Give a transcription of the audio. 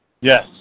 Yes